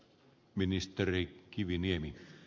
arvoisa puhemies